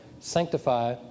sanctify